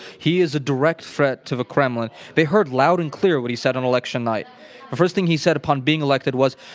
he is a direct threat to the kremlin. they heard loud and clear what he said on election night. the first thing he said upon being elected was,